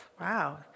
Wow